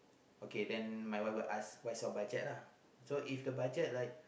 okay then my wife will ask what is your budget lah so if the budget like